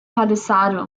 palisade